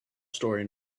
story